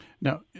Now